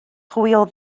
hwyl